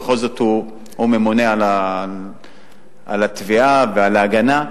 בכל זאת הוא ממונה על התביעה ועל ההגנה.